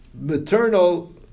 maternal